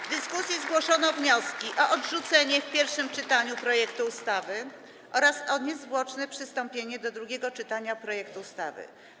W dyskusji zgłoszono wnioski o odrzucenie w pierwszym czytaniu projektu ustawy oraz o niezwłoczne przystąpienie do drugiego czytania projektu ustawy.